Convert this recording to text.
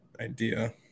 idea